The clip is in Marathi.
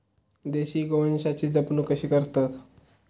देशी गोवंशाची जपणूक कशी करतत?